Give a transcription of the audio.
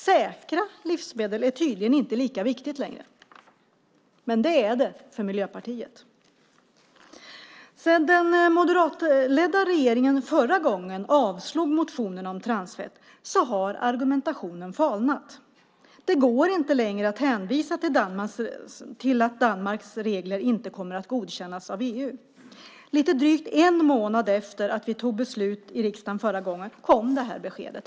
Säkra livsmedel är tydligen inte lika viktigt längre, men det är det för Miljöpartiet. Sedan den moderatledda regeringen förra gången avslog motionen om transfett har argumentationen falnat. Det går inte längre att hänvisa till att Danmarks regler inte kommer att godkännas av EU. Lite drygt en månad efter att vi tog beslut i riksdagen förra gången kom det här beskedet.